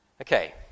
Okay